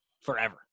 forever